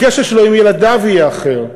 הקשר שלו עם ילדיו יהיה אחר,